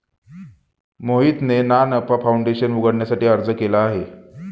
मोहितने ना नफा फाऊंडेशन उघडण्यासाठी अर्ज केला आहे